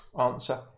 answer